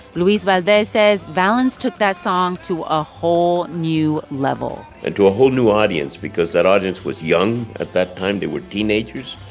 luis valdez says valens took that song to a whole new level and to a whole new audience because that audience was young. at that time, they were teenagers.